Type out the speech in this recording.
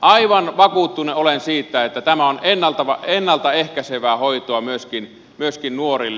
aivan vakuuttunut olen siitä että tämä on ennalta ehkäisevää hoitoa myöskin nuorille